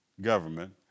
government